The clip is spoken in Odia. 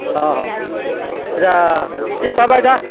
ହଁ ହଁ ଆଚ୍ଛା କିଏ କହେବା